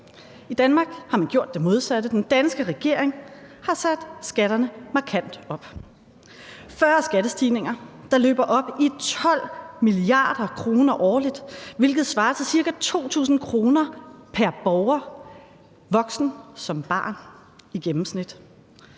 i Danmark har man gjort det modsatte: den danske regering har sat skatterne markant op. 40 skattestigninger, der løber op i 12 mia. kr. årligt, hvilket svarer til ca. 2.000 kr. pr. borger, voksen som barn, i gennemsnit.